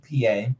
pa